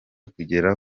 kugera